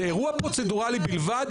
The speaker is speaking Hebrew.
זה אירוע פרוצדורלי בלבד.